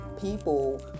people